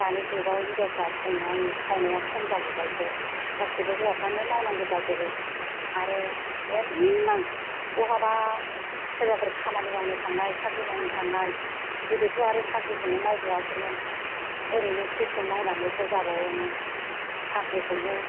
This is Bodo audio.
दानि जुगाव हिनजावफ्रा संनाय खावनाया खम जाबावबायसो गासैबो हौवाफोरानो मावनांगौ जाजोबो आरो मेरला बहाबा सोरबाफोर खामानि मावनो थांनाय साख्रि मावनो थांनाय गोदोथ'आरो साख्रिखौनो मावबावयासोमोन एरैनो क्रिसक मावनानैसो जाबावयोमोन साख्रिखौनो